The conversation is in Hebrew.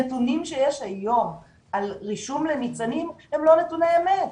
נתונים שיש היום על רישום לניצנים הם לא נתוני אמת,